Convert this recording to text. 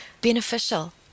beneficial